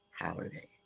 holiday